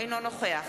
אינו נוכח